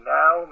now